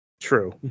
True